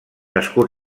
escut